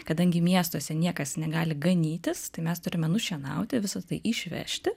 kadangi miestuose niekas negali ganytis tai mes turime nušienauti visa tai išvežti